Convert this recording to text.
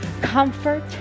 comfort